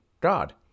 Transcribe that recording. God